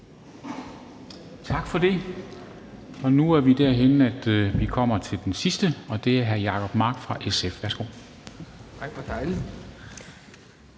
Tak for det. Nu er vi der, hvor vi er kommet til den sidste, og det er hr. Jacob Mark fra SF. Værsgo. Kl.